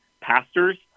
pastors